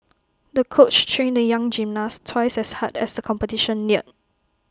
the coach trained the young gymnast twice as hard as the competition neared